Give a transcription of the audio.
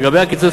לגבי הקיצוץ,